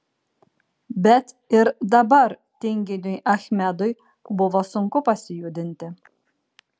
bet ir dabar tinginiui achmedui buvo sunku pasijudinti